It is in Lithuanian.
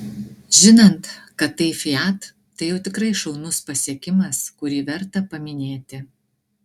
žinant kad tai fiat tai jau tikrai šaunus pasiekimas kurį verta paminėti